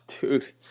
dude